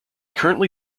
currently